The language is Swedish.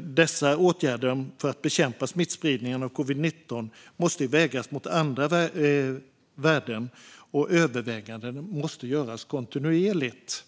Dessa åtgärder för att bekämpa smittspridningen av covid-19 måste vägas mot andra värden, och övervägandena måste göras kontinuerligt.